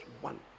one